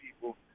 people